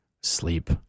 Sleep